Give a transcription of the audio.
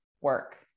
work